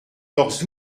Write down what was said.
leurs